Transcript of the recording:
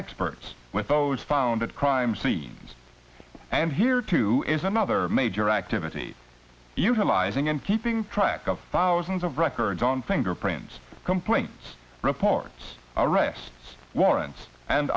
experts with those found at crime scenes and here too is another major activity utilizing and keeping track of thousands of records on fingerprints complaints reports arrests warrants and